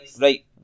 Right